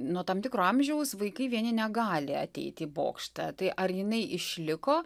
nuo tam tikro amžiaus vaikai vieni negali ateiti į bokštą tai ar jinai išliko